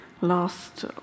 last